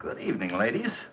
good evening ladies